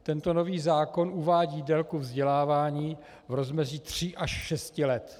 Tento nový zákon uvádí délku vzdělávání v rozmezí tří až šesti let.